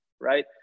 right